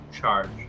charge